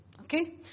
Okay